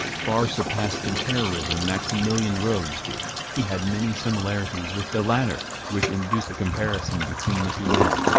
far surpassed in terrorism maximilian robespierre, he had many similarities with the latter, which induce a comparison between the two men.